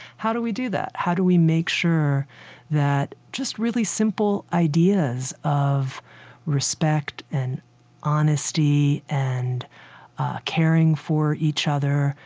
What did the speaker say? how do we do that? how do we make sure that just really simple ideas of respect and honesty and caring for each other,